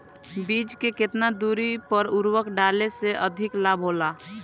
बीज के केतना दूरी पर उर्वरक डाले से अधिक लाभ होला?